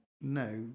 no